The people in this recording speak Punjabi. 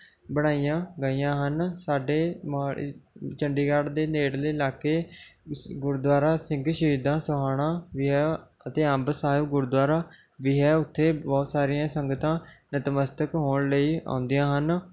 ਬਣਾਈਆਂ ਗਈਆਂ ਹਨ ਸਾਡੇ ਮੋਹਾਲੀ ਚੰਡੀਗੜ੍ਹ ਦੇ ਨੇੜਲੇ ਇਲਾਕੇ ਗੁਰਦੁਆਰਾ ਸਿੰਘ ਸ਼ਹੀਦਾਂ ਸੋਹਾਣਾ ਵੀ ਹੈ ਅਤੇ ਅੰਬ ਸਾਹਿਬ ਗੁਰਦੁਆਰਾ ਵੀ ਹੈ ਉੱਥੇ ਬਹੁਤ ਸਾਰੀਆਂ ਸੰਗਤਾਂ ਨਤਮਸਤਕ ਹੋਣ ਲਈ ਆਉਂਦੀਆਂ ਹਨ